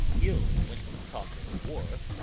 ill, when you talk of war.